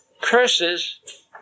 curses